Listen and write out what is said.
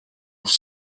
off